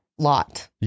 lot